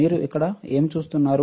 మీరు ఇక్కడ ఏమి చూస్తున్నారు